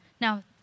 Now